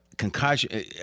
Concussion